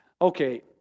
Okay